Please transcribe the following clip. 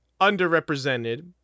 underrepresented